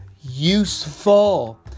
useful